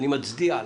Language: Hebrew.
אני מצדיע לה,